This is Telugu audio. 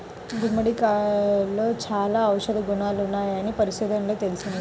గుమ్మడికాయలో చాలా ఔషధ గుణాలున్నాయని పరిశోధనల్లో తేలింది